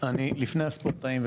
לפני הספורטאים,